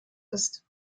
ist